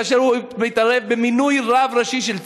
כאשר הוא מתערב במינוי רב ראשי של צה"ל.